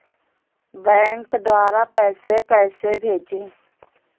Bank द्वारा पैसे कैसे भेजें?